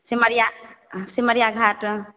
Simaria Simaria Ghat